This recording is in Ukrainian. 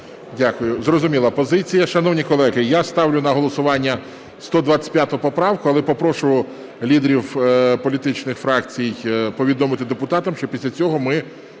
Дякую, зрозуміла позиція. Шановні колеги, я ставлю на голосування 125 поправку, але попрошу лідерів політичних фракцій повідомити депутатам, що після цього ми